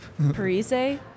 Parise